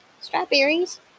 Strawberries